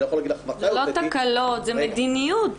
זה לא תקלות, זה מדיניות.